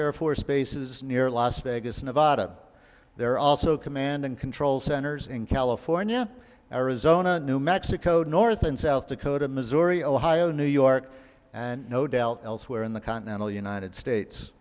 air force bases near las vegas nevada there are also command and control centers in california arizona new mexico north and south dakota missouri ohio new york and no doubt elsewhere in the continental united states